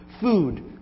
Food